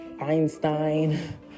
Einstein